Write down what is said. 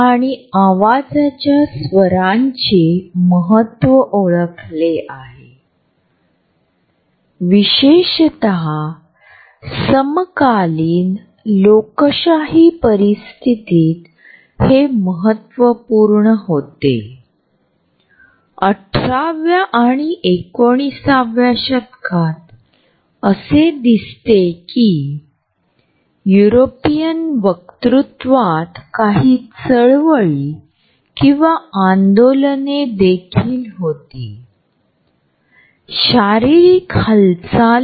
जर आम्ही त्या छायाचित्राकडे पाहिले तर ज्यामध्ये दोन लोक एकाच बेंचवर बसले आहेत परंतु त्यांच्यात जे अंतर आहे आणि जे त्यांनी अभ्यासपूर्वक टिकवले आहे तेदेखील सूचित करते की या दोघांमध्ये वास्तविक निकटता नाही